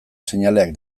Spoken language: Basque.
seinaleak